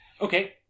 Okay